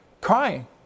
crying